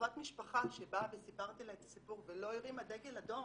רופאת משפחה שבאה וסיפרתי לה את הסיפור ולא הרימה דגל אדום.